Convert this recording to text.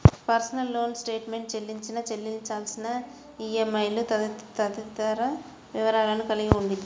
personal loan statement చెల్లించిన, చెల్లించాల్సిన ఈఎంఐలు తదితర వివరాలను కలిగి ఉండిద్ది